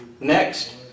Next